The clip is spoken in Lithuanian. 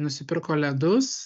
nusipirko ledus